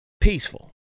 peaceful